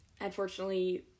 unfortunately